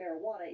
marijuana